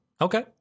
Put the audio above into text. Okay